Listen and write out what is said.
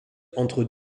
entre